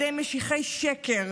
חברת הכנסת מיכל שיר סגמן,